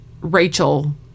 Rachel